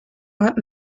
ort